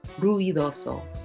Ruidoso